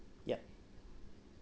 yup